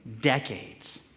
decades